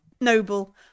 noble